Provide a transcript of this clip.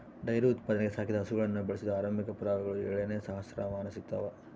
dairy ಉತ್ಪಾದನೆಗೆ ಸಾಕಿದ ಹಸುಗಳನ್ನು ಬಳಸಿದ ಆರಂಭಿಕ ಪುರಾವೆಗಳು ಏಳನೇ ಸಹಸ್ರಮಾನ ಸಿಗ್ತವ